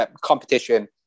competition